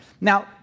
Now